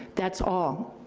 that's all.